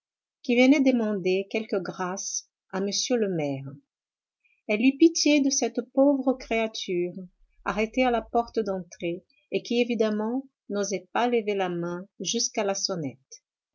qui venait demander quelque grâce à m le maire elle eut pitié de cette pauvre créature arrêtée à la porte d'entrée et qui évidemment n'osait pas lever la main jusqu'à la sonnette